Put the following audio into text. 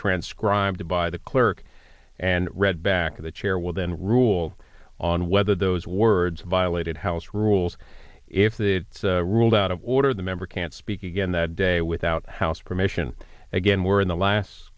transcribed by the clerk and read back of the chair will then rule on whether those words violated house rules if the ruled out of order the member can't speak again that day without house permission again we're in the last